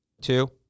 two